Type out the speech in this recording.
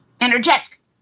Energetic